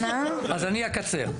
אני אקצר.